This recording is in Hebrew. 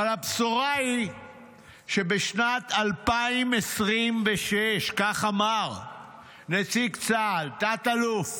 אבל הבשורה היא שבשנת 2026 כך אמר נציג צה"ל תת-אלוף